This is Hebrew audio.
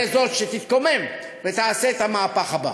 תהיה זאת שתתקומם ותעשה את המהפך הבא.